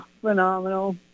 Phenomenal